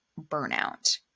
burnout